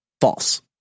false